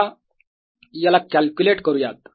चला याला कॅल्क्युलेट करूयात